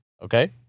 Okay